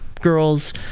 girls